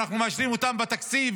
ואנחנו מאשרים אותם בתקציב